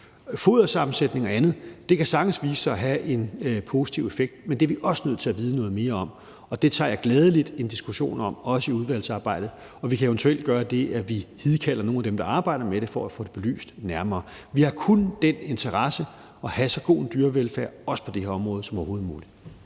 fodersammensætning og andet: Det kan sagtens vise sig at have en positiv effekt, men det er vi også nødt til at vide noget mere om, og det tager jeg gladelig en diskussion om, også i udvalgsarbejdet. Og vi kan eventuelt gøre det, at vi hidkalder nogle af dem, der arbejder med det, for at få det belyst nærmere. Vi har kun den interesse at have så god en dyrevelfærd, også på det her område, som overhovedet muligt.